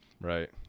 right